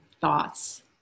thoughts